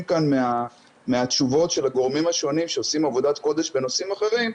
כאן מהתשובות של הגורמים השונים שעושים עבודת קודש בנושאים אחרים,